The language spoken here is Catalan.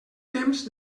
temps